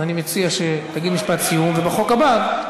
אז אני מציע שתגיד משפט סיום, ובחוק הבא תמשיך.